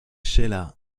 sheila